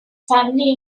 family